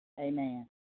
Amen